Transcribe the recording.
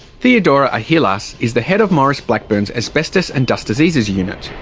theodora ahilas is the head of maurice blackburn's asbestos and dust diseases unit.